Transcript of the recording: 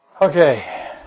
Okay